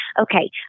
okay